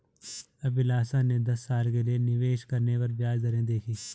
अभिलाषा ने दस साल के लिए निवेश करने पर ब्याज दरें देखी